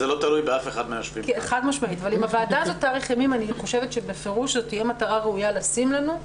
אני חושבת שבפירוש זאת תהיה מטרה ראויה לשים לנו,